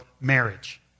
marriage